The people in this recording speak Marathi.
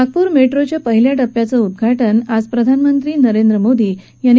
नागपूर मेट्रोच्या पहिल्या टप्प्याचं उद्घाटन आज प्रधानमंत्री नरेंद्र मोदी यांच्या हस्ते झालं